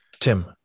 Tim